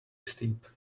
steep